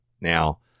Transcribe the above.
Now